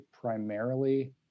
primarily